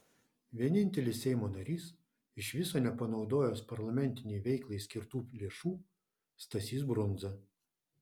vienintelis seimo narys iš viso nepanaudojęs parlamentinei veiklai skirtų lėšų stasys brundza